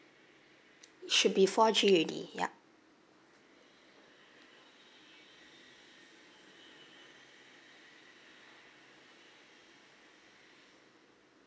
should be four G already yup